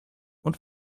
und